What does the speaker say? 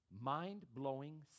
mind-blowing